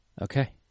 Okay